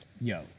Yo